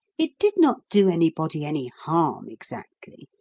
it did not do anybody any harm exactly,